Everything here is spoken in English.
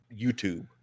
youtube